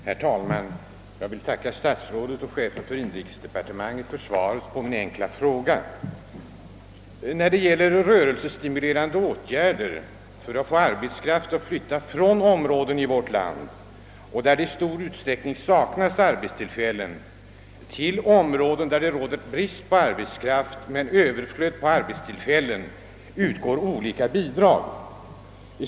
Herr talman! Jag vill tacka statsrådet och chefen för inrikesdepartementet för svaret på min enkla fråga. Till rörelsestimulerande åtgärder för att få arbetskraft att flytta från områden i vårt land, där det i stor utsträckning saknas arbetstillfällen, till områden där det råder brist på arbetskraft men överflöd på arbetstillfällen utgår olika bidrag.